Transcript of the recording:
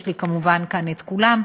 יש לי כאן, כמובן, את כולם,